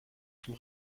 vom